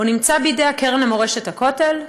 הוא נמצא בידי הקרן למורשת הכותל,